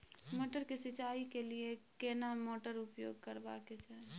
मटर के सिंचाई के लिये केना मोटर उपयोग करबा के चाही?